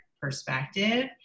perspective